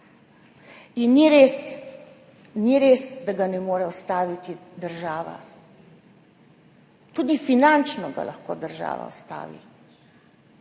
Ni res, da ga ne more ustaviti država. Tudi finančno ga lahko država ustavi.